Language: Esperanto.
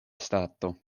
stato